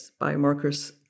biomarkers